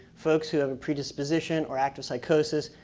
folks who have predisposition or active psychosis,